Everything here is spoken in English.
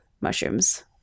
mushrooms